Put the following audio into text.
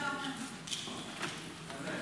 יוליה,